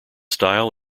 style